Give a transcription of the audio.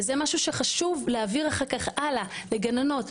וזה מה שחשוב להעביר אחר כך הלאה לגננות,